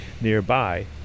nearby